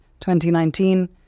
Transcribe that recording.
2019